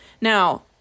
now